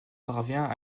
parvint